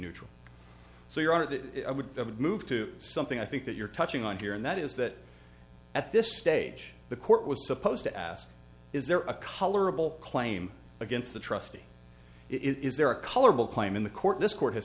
neutral so your honor that would move to something i think that you're touching on here and that is that at this stage the court was supposed to ask is there a colorable claim against the trustee is there a colorable claim in the court this court has